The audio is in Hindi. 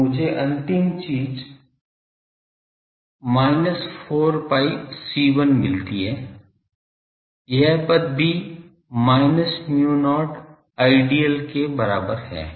तो मुझे अंतिम चीज़ minus 4 pi C1 मिलती है यह पद भी minus mu not Idl के बराबर है